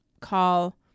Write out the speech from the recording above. call